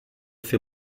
für